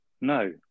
no